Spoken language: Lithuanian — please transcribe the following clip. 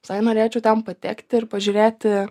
visai norėčiau ten patekti ir pažiūrėti